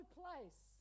place